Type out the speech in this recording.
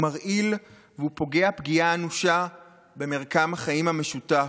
מרעיל ופוגע פגיעה אנושה במרקם החיים המשותף,